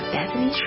Bethany